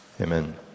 amen